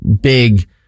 big